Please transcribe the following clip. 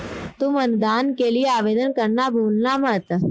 तुम अनुदान के लिए आवेदन करना भूलना मत